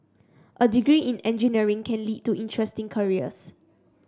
a degree in engineering can lead to interesting careers